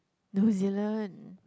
New Zealand